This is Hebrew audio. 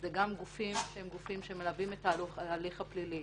זה גם גופים שמלווים את ההליך הפלילי.